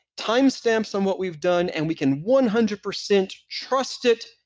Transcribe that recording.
timestamps on what we've done, and we can one hundred percent trust it.